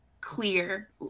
clear